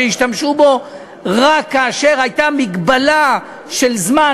שהשתמשו בו רק כאשר הייתה מגבלה של זמן,